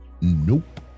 Nope